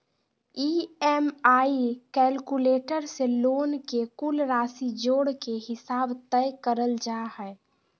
EMI calculator से loan के कुल राशि जोड़ के हिसाब तय करल जा हय